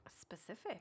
specific